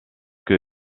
que